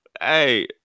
Hey